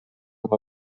com